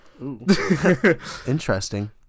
Interesting